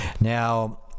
now